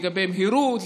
לגבי מהירות,